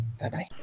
Bye-bye